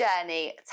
Journey